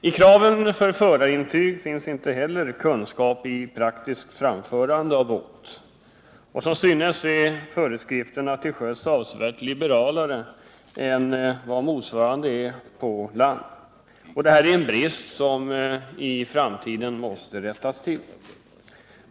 I kraven för förarintyg finns inte heller kunskap i praktiskt framförande av båt. Som synes är föreskrifterna till sjöss avsevärt liberalare än vad motsvarande är på land. Detta är en brist, som i framtiden måste rättas till.